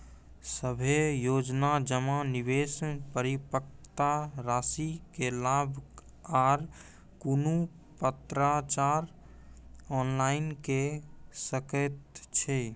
सभे योजना जमा, निवेश, परिपक्वता रासि के लाभ आर कुनू पत्राचार ऑनलाइन के सकैत छी?